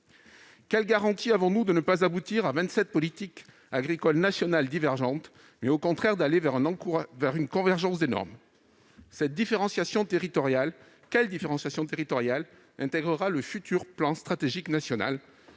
quelle garantie avons-nous de ne pas aboutir à vingt-sept politiques agricoles nationales divergentes, mais au contraire d'aller vers une convergence des normes ? Quelle différenciation territoriale intégrera le futur plan stratégique national ?